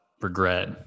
regret